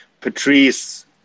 Patrice